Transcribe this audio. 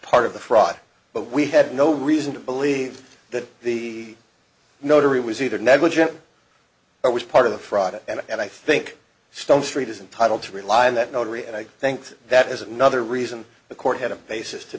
part of the fraud but we had no reason to believe that the notary was either negligent or was part of a fraud and i think stonestreet is entitle to rely on that notary and i think that is another reason the court had a basis to